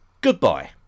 Goodbye